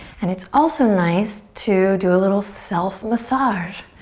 and it's also nice to do a little self massage.